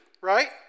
right